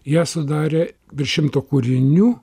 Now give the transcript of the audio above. ją sudarė virš šimto kūrinių